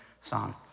song